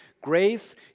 Grace